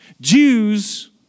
Jews